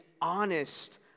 honest